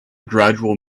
gradual